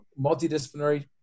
multidisciplinary